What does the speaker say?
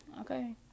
okay